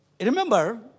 remember